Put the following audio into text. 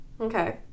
Okay